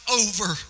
over